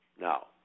Now